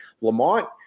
Lamont